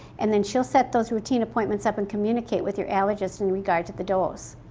and then she'll set those routine appointments up and communicate with your allergist in regard to the dose.